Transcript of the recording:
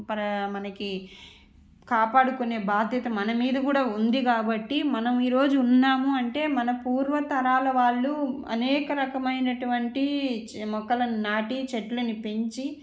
ప్రా మనకి కాపాడుకునే బాధ్యత మన మీద కూడా ఉంది కాబట్టి మనం ఈరోజు ఉన్నాము అంటే మన పూర్వతరాల వాళ్ళు అనేక రకమైనటువంటి మొక్కలను నాటి చెట్లను పెంచి